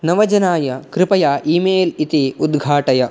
नवजनाय कृपया ईमेल् इति उद्घाटय